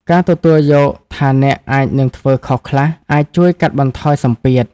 ការទទួលយកថាអ្នកអាចនឹងធ្វើខុសខ្លះ អាចជួយកាត់បន្ថយសម្ពាធ។